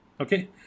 Okay